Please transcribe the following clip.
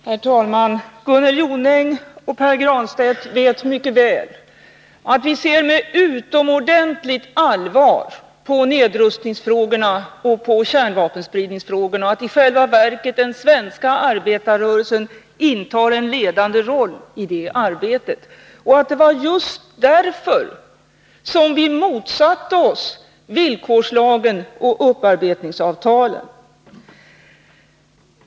Herr talman! Gunnel Jonäng och Pär Granstedt vet mycket väl att vi med utomordentligt allvar ser på nedrustningsfrågorna och på kärnvapenspridningsfrågorna och att den svenska arbetarrörelsen i själva verket intar en ledande roll i det arbetet. Det var just därför som vi motsatte oss villkorslagen och upparbetningsavtalet.